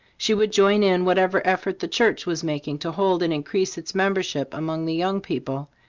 she would join in whatever effort the church was making to hold and increase its membership among the young people,